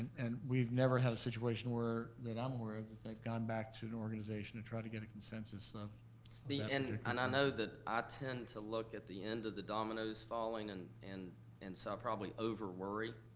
and we've never had a situation where that i'm aware of, that they've gone back to an organization to try to get a consensus of the end, and i know that i tend to look at the end of the dominoes falling, and and and so i probably over-worry,